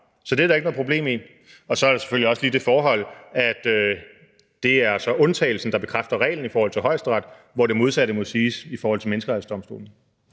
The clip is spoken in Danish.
så det er der ikke noget problem i. Og så er der selvfølgelig også lige det forhold, at det altså er undtagelsen, der bekræfter reglen i forhold til Højesteret, hvor det modsatte må siges at være gældende i forhold til Menneskerettighedsdomstolen.